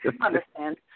understand